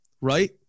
right